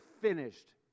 finished